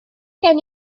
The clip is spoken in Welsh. gen